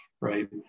right